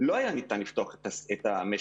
לא ניתן היה לפתוח את המשק,